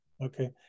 Okay